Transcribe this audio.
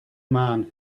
man